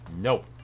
Nope